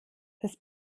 das